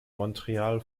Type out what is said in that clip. montreal